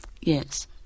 Yes